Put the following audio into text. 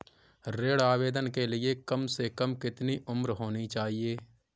ऋण आवेदन के लिए कम से कम कितनी उम्र होनी चाहिए?